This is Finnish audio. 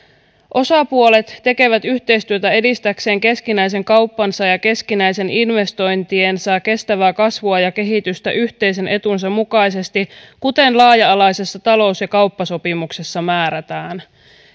osapuolet tekevät yhteistyötä edistääkseen keskinäisen kauppansa ja ja keskinäisten investointiensa kestävää kasvua ja kehitystä yhteisen etunsa mukaisesti kuten laaja alaisessa talous ja kauppasopimuksessa määrätään